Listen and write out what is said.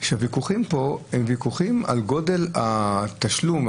שהוויכוחים פה הם ויכוחים על גודל התשלום,